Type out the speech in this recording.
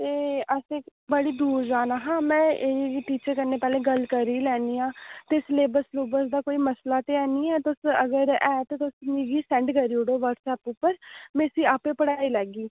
ते अस इक बड़ी दूर जाना हा में एह् टीचर कन्नै पैह्ले गल्ल करी लैनियां पिछले अक्तूबर दा कोई मसला ते हैनी ऐ तुस अगर ऐ ते तुस मिगी सैंड करी ओड़ो व्हाट्सऐप पर में इसी आप्पे पढ़ाई लैगी